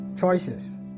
Choices